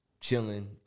Chilling